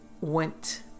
went